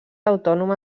autònoma